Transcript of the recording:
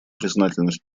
признательность